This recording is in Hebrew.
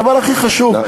הדבר הכי חשוב,